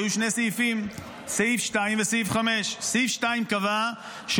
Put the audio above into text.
היו שני סעיפים: סעיף 2 וסעיף 5. סעיף 2 קבע שאונר"א